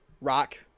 rock